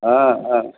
आ आ